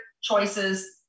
Choices